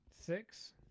six